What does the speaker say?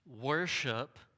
worship